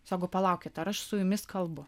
sako palaukit ar aš su jumis kalbu